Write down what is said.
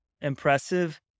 impressive